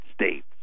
States